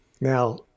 now